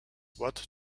watt